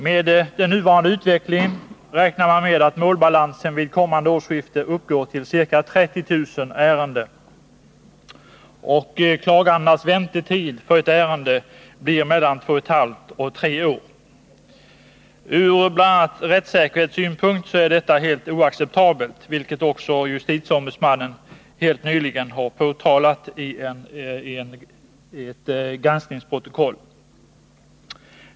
Med den nuvarande utvecklingen räknar man med att målbalansen vid kommande årsskifte uppgår till ca 30 000 ärenden, och klagandenas väntetid för ett ärende blir mellan två och ett halvt och tre år. Ur bl.a. rättssäkerhetssynpunkt är detta helt oacceptabelt, vilket också justitieombudsmannen helt nyligen har framhållit i ett granskningsprotokoll.